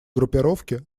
группировки